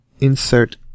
Insert